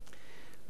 "לא פוסל חקיקה"